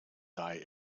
die